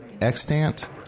extant